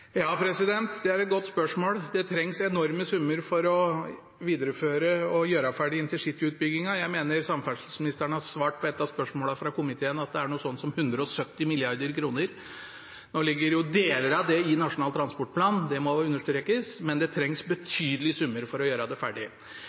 Det er et godt spørsmål. Det trengs enorme summer for å videreføre og gjøre ferdig intercityutbyggingen. Jeg mener samferdselsministeren har svart, på spørsmål fra komiteen, at det trengs noe sånt som 170 mrd. kr. Nå ligger deler av det i Nasjonal transportplan – det må understrekes – men det trengs betydelige summer for å gjøre det ferdig.